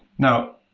now,